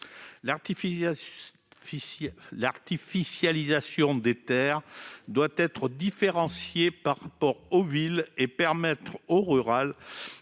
L'artificialisation des terres doit être différenciée par rapport aux villes et permettre au monde